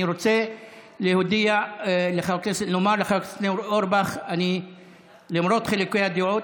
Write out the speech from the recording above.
אני רוצה לומר לחבר הכנסת ניר אורבך: למרות חילוקי הדעות,